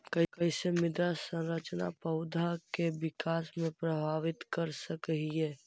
कईसे मृदा संरचना पौधा में विकास के प्रभावित कर सक हई?